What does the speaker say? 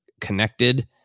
connected